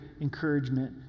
encouragement